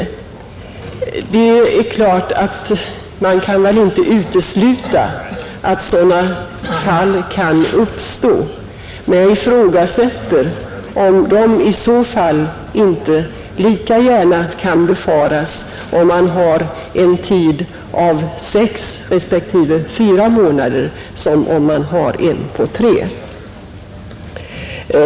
Det är klart att man väl inte kan utesluta att sådana fall kan uppstå, men jag ifrågasätter om de i så fall inte lika gärna kan befaras, om man har en tid av sex respektive fyra månader som om man har en tid på tre.